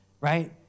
right